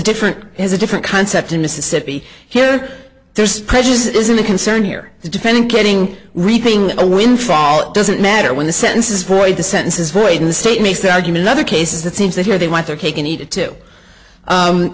different is a different concept in mississippi here there's prejudice isn't the concern here the defendant getting reaping a windfall it doesn't matter when the sentence is void the sentence is void in the state makes the argument other cases it seems that here they want their cake and eat it too